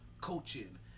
coaching